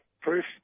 proof